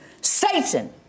Satan